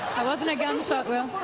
wasn't a gunshot, will.